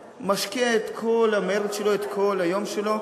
ומשקיע את כל המרץ שלו, את כל היום שלו,